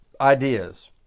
ideas